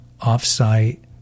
off-site